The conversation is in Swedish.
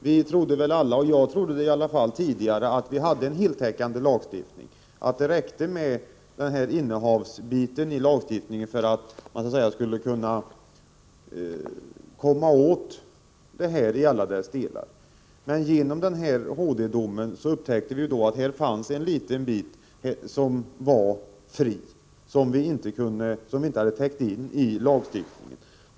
Vi trodde väl alla — jag trodde det i alla fall — att den del av lagen som talar om innehav var tillräcklig för att man skulle kunna komma åt innehav och missbruk i alla dess delar. Men genom HD-domen upptäckte vi att det finns en liten bit som inte täcks in genom lagstiftningen.